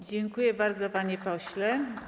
Dziękuję bardzo, panie pośle.